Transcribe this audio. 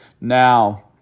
Now